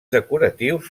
decoratius